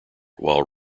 while